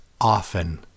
often